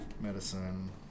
Medicine